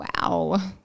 wow